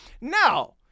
Now